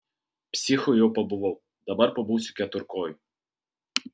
psichu jau pabuvau dabar pabūsiu keturkoju